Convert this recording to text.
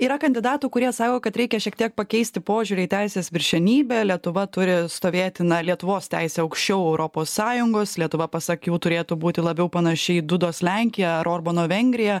yra kandidatų kurie sako kad reikia šiek tiek pakeisti požiūrį į teisės viršenybę lietuva turi stovėti lietuvos teisė aukščiau europos sąjungos lietuva pasak jų turėtų būti labiau panaši į dudos lenkiją ar orbano vengriją